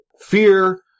Fear